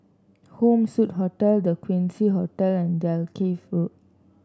Home Suite Hotel The Quincy Hotel and Dalkeith Road